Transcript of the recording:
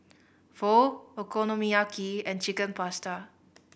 Pho Okonomiyaki and Chicken Pasta